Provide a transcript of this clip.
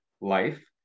life